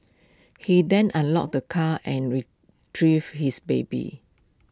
he then unlocked the car and retrieved his baby